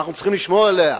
אנחנו צריכים לשמור עליה,